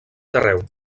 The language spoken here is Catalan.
carreu